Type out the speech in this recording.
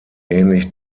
ähnlich